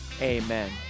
amen